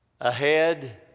ahead